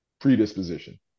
predisposition